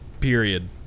Period